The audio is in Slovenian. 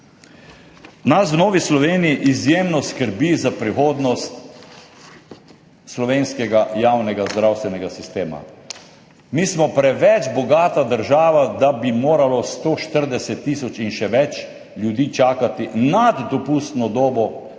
Nas v Novi Sloveniji izjemno skrbi za prihodnost slovenskega javnega zdravstvenega sistema. Mi smo preveč bogata država, da bi moralo 140 tisoč in še več ljudi čakati nad dopustno dobo na